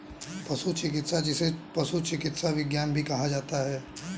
पशु चिकित्सा, जिसे पशु चिकित्सा विज्ञान भी कहा जाता है